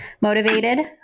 motivated